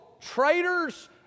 traitors